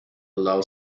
allow